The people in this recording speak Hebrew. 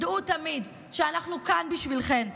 דעו תמיד שאנחנו כאן בשבילכן ולמענכן.